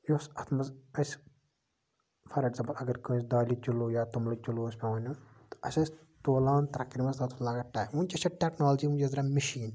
یُس اَتھ منٛز اَسہِ فار اٮ۪کزامپٔل اَگر کٲنسہِ دالہِ کلوٗ یا توٚملہٕ کِلوٗ آسہِ پیوان نیُن اَسہِ ٲسۍ تولان تَکرِ منٛز تَتھ اوس لَگان ٹایم ؤنکیٚس چھَکھ ٹیکنولجی ؤنکیٚس درایہِ مِشیٖنہِ